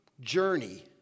journey